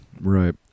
Right